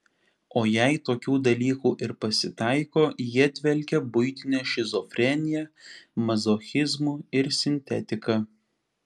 o jei tokių dalykų ir pasitaiko jie dvelkia buitine šizofrenija mazochizmu ir sintetika